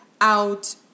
out